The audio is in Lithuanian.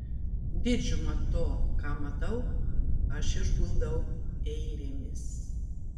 didžiumą to ką matau aš išguldau eilėmis